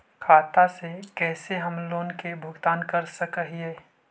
खाता से कैसे हम लोन के भुगतान कर सक हिय?